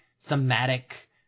thematic